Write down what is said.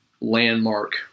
landmark